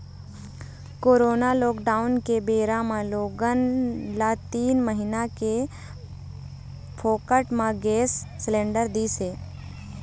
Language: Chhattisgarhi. कोरोना लॉकडाउन के बेरा म लोगन ल तीन महीना ले फोकट म गैंस सिलेंडर दिस हे